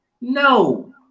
no